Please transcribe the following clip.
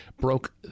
broke